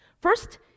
First